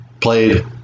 Played